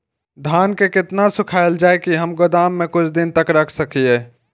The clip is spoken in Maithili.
धान के केतना सुखायल जाय की हम गोदाम में कुछ दिन तक रख सकिए?